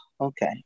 Okay